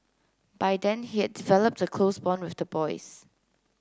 by then he had developed the close bond with the boys